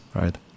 right